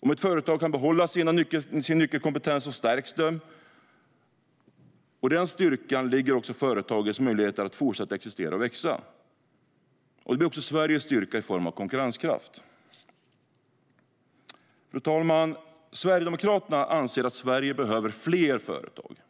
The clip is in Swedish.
Om ett företag kan behålla sin nyckelkompetens stärks det. I denna styrka ligger företagets möjligheter att fortsätta existera och växa. Det blir också Sveriges styrka i form av konkurrenskraft. Fru talman! Sverigedemokraterna anser att Sverige behöver fler företag.